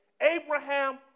Abraham